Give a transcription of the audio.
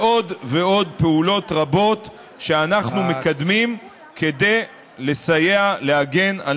ועוד ועוד פעולות רבות שאנחנו מקדמים כדי לסייע להגן על